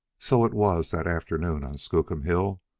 so it was, that afternoon on skookum hill,